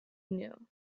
knew